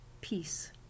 peace